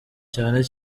cyane